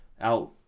out